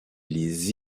les